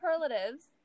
superlatives